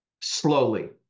Slowly